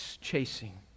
chasing